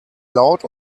laut